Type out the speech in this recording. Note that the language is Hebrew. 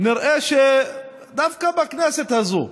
נראה שדווקא הכנסת הזאת,